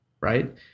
right